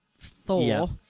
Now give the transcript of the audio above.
Thor